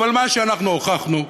אבל מה שאנחנו הוכחנו,